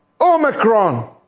Omicron